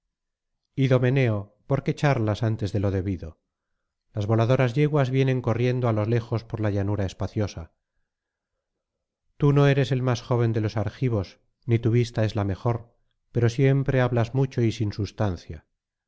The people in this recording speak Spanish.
por qué charlas antes de lo debido las voladoras yeguas vienen corriendo á lo lejos por la llanura espaciosa tii no eres el más joven de los argivos ni tu vista es la mejor pero siempre hablas mucho y sin substancia